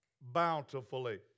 bountifully